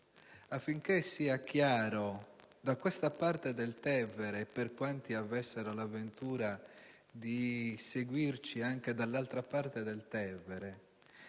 affinché sia chiaro da questa parte del Tevere, per quanti avessero la ventura di seguirci anche dall'altra parte del Tevere,